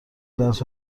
درس